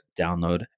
download